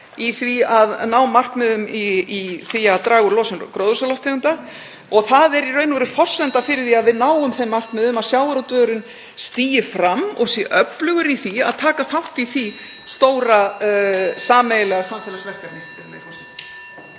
í því að ná markmiðum í því að draga úr losun gróðurhúsalofttegunda. Það er í raun og veru forsenda fyrir því að við náum þeim markmiðum að sjávarútvegurinn stígi fram og sé öflugur í því að taka þátt í því stóra sameiginlega samfélagsverkefni.